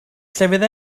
llefydd